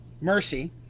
Mercy